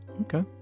Okay